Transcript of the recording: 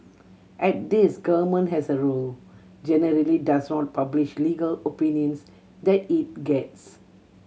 and this government as a rule generally does not publish legal opinions that it gets